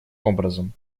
образом